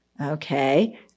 okay